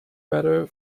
better